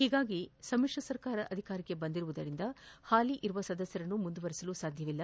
ಹೀಗಾಗಿ ಸಮ್ಮಿಶ್ರ ಸರ್ಕಾರ ಅಧಿಕಾರಕ್ಕೆ ಬಂದಿರುವುದರಿಂದ ಹಾಲಿ ಇರುವ ಸದಸ್ಥರನ್ನು ಮುಂದುವರೆಸಲು ಸಾಧ್ಯವಿಲ್ಲ